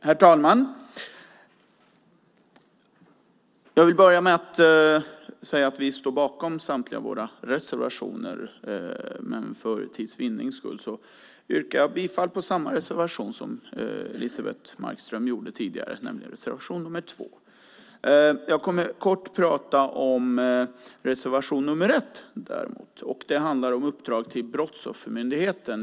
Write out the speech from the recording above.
Herr talman! Jag vill börja med att säga att vi står bakom samtliga våra reservationer men för tids vinnings skull yrkar jag bifall till samma reservation som Elisebeht Markström gjorde tidigare, nämligen reservation 2. Jag kommer kort att tala om reservation 1. Det handlar om uppdrag till Brottsoffermyndigheten.